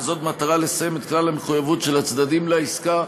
וזאת במטרה לסיים את כלל המחויבויות של הצדדים לעסקה.